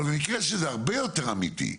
אבל במקרה שזה הרבה יותר אמיתי,